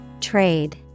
Trade